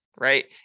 right